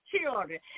children